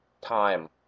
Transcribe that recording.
time